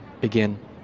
begin